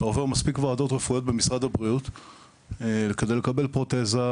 אתה עובר מספיק ועדות רפואיות במשרד הבריאות כדי לקבל פרוטזה,